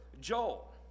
Joel